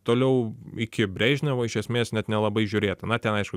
toliau iki brežnevo iš esmės net nelabai žiūrėta na ten aišku